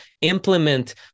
implement